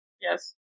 Yes